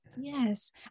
Yes